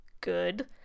good